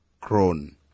crown